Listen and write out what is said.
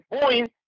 point